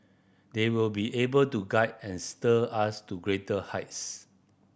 they will be able to guide and steer us to greater heights